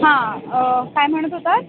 हां काय म्हणत होतात